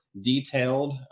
detailed